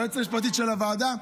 היועצת המשפטית של הוועדה,